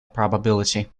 probability